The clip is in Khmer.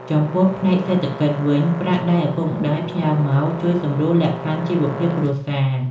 ចំពោះផ្នែកសេដ្ឋកិច្ចវិញ ប្រាក់ដែលឪពុកម្តាយផ្ញើមកជួយសម្រួលលក្ខខណ្ឌជីវភាពគ្រួសារ។